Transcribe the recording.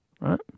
Right